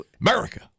America